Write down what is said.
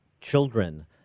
children